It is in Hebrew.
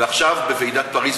ועכשיו בוועידת פריז,